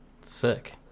Sick